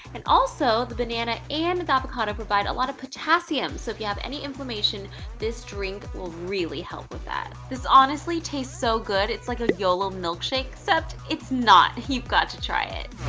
and also the banana and the avocado provide a lot of potassium. so, if you have any inflammation this drink will really help with that. this honestly tastes so good. it's like a yolo milkshake except it's not. you've got to try it.